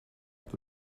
but